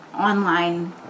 online